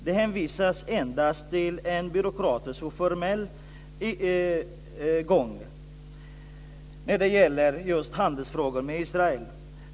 Det hänvisas endast till en byråkratisk och formell gång när det gäller just handelsfrågor med Israel.